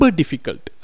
difficult